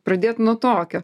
pradėt nuo tokio